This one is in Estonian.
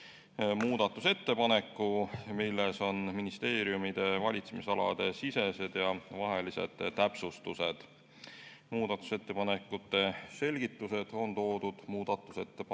muudatusettepaneku, milles on ministeeriumide valitsemisalade sisesed ja vahelised täpsustused. Muudatusettepanekute selgitused on toodud muudatusettepanekute